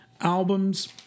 albums